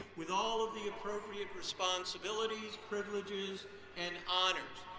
with all of the appropriate responsibilities, privileges and honors.